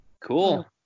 Cool